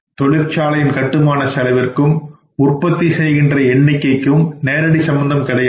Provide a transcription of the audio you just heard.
தொழிற்சாலையின் கட்டுமான செலவிற்கும் உற்பத்தி செய்கின்ற எண்ணிக்கைக்கும் நேரடி சம்பந்தம் கிடையாது